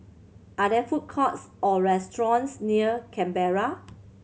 are there food courts or restaurants near Canberra